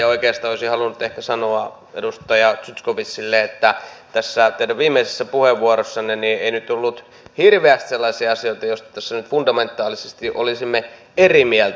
oikeastaan olisin halunnut ehkä sanoa edustaja zyskowiczille että tässä teidän viimeisessä puheenvuorossanne ei nyt tullut hirveästi sellaisia asioita joista tässä nyt fundamentaalisesti olisimme eri mieltä